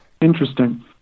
Interesting